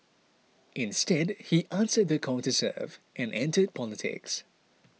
instead he answered the call to serve and entered politics